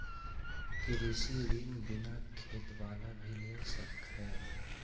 कृषि ऋण बिना खेत बाला भी ले सक है?